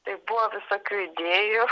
tai buvo visokių idėjų